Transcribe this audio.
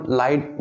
light